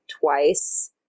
twice